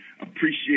appreciate